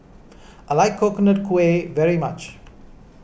I like Coconut Kuih very much